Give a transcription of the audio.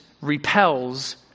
repels